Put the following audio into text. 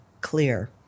clear